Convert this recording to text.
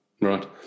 right